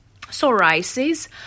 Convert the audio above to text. psoriasis